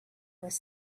was